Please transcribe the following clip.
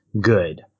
good